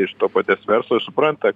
iš to paties verslo supranta